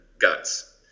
guts